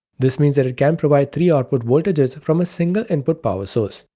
this means that it can provide three output voltages from a single input power source.